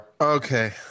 Okay